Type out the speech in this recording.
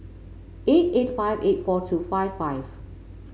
eight eight five eight four two five five